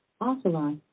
Ocelot